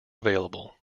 available